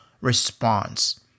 response